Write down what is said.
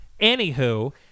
Anywho